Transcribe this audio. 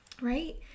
right